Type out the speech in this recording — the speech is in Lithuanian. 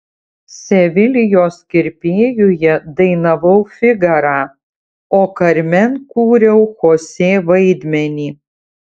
sevilijos kirpėjuje dainavau figarą o karmen kūriau chosė vaidmenį